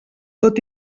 tot